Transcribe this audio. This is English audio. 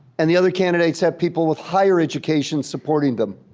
and the other candidates have people with higher education supporting them.